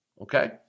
Okay